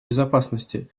безопасности